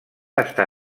està